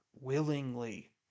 willingly